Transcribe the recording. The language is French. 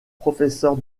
professeur